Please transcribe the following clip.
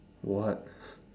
what